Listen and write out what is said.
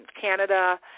Canada